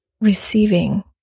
receiving